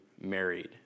married